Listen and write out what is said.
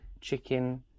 chicken